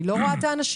אני לא רואה את האנשים,